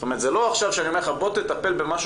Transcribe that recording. זה לא עכשיו שאני אומר לך 'בוא תטפל במשהו